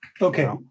Okay